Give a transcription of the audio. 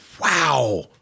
wow